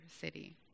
city